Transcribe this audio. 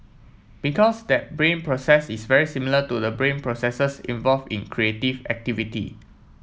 because that brain process is very similar to the brain processes involve in creative activity